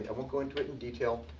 and won't go into it in detail.